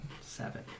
Seven